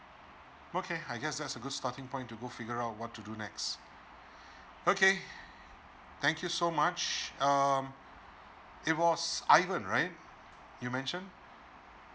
okay I guess that's a good starting point to go figure out what to do next okay thank you so much um it was ivan right you mentioned